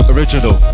Original